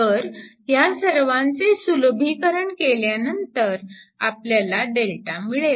तर ह्या सर्वाचे सुलभीकरण केल्यानंतर आपल्याला Δ मिळेल